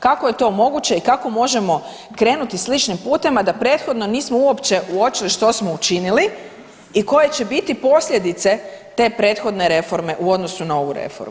Kako je to moguće i kako možemo krenuti sličnim putem a da prethodno nismo uopće uočili što smo učinili i koje će biti posljedice te prethodne reforme u odnosu na ovu reformu.